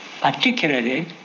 particularly